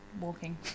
walking